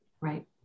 Right